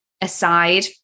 aside